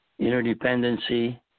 interdependency